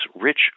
rich